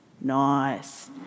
Nice